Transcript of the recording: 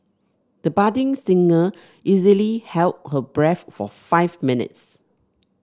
the budding singer easily held her breath for five minutes